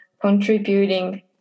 contributing